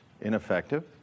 ineffective